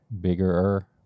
Bigger